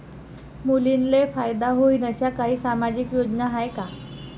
मुलींले फायदा होईन अशा काही सामाजिक योजना हाय का?